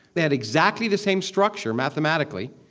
they had exactly the same structure mathematically,